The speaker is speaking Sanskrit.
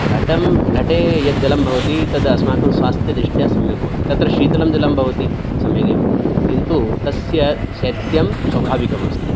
घटं घटे यत् जलं भवति तद् अस्माकं स्वास्थ्यदृष्ट्या सम्यक् भवति तत्र शीतलं जलं भवति सम्यक् एव किन्तु तस्य शैत्यं स्वाभाविकम् अस्ति